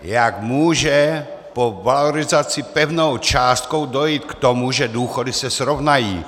Jak může po valorizace pevnou částkou dojít k tomu, že důchody se srovnají?